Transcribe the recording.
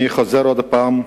אני חוזר עוד פעם,